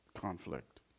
conflict